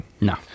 no